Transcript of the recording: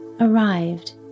arrived